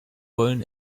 wollen